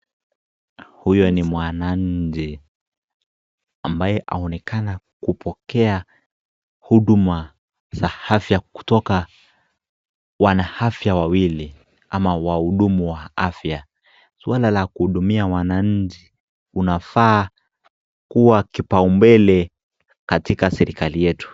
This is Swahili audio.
Huyo ni mwananchi ambaye aonekana kupokea huduma za afya kutoka wana afya wawili ama waudumu wa afya. Swala la kuudumia wananchi unafaa kua kipaumbele katika serikali yetu .